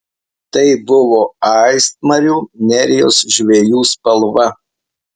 tai buvo aistmarių nerijos žvejų spalva